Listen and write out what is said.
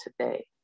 today